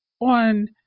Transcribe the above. on